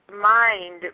mind